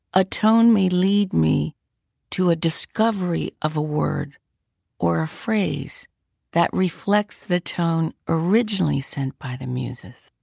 a tone may lead me to a discovery of a word or a phrase that reflects the tone originally sent by the muses.